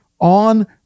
on